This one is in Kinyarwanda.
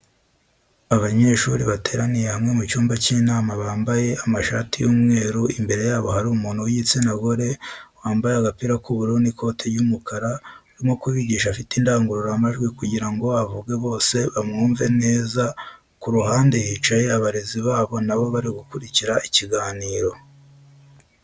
Abanyeshuri bateraniye hamwe mu cyumba cy'inama bambaye amashati y'umweru imbere yabo hari umuntu w'igitsina gore wambaye agapira k'ubururu n'ikoti ry'umukara urimo kubigisha afite indangururamajwi kugirango avuge bose bamwumve neza ku ruhande hicaye abarezi babo nabo bari gukurikira ikiganiro.